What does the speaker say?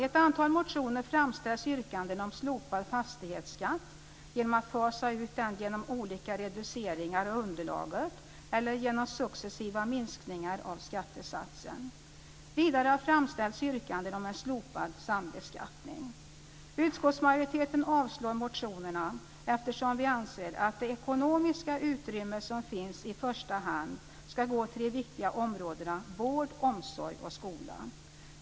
I ett antal motioner framställs yrkanden om slopad förmögenhetsskatt, genom att fasa ut den genom olika reduceringar av underlaget eller genom successiva minskningar av skattesatsen. Vidare har framställts yrkanden om en slopad sambeskattning. Utskottsmajoriteten avstyrker motionerna eftersom vi anser att det ekonomiska utrymme som finns i första hand ska gå till de viktiga områdena vård, omsorg och skola.